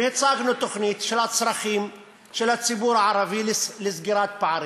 והצגנו תוכנית של הצרכים של הציבור הערבי לסגירת פערים.